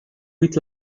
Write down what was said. with